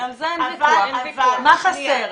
מה חסר?